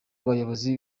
abayobozi